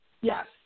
Yes